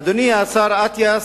אדוני השר אטיאס,